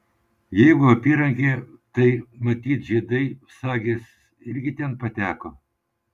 jeigu apyrankė tai matyt žiedai sagės irgi ten pateko